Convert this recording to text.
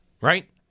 Right